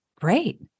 great